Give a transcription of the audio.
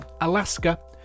Alaska